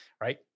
right